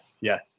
yes